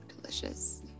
delicious